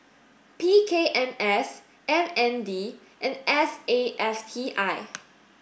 P K M S M N D and S A F T I